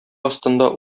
астында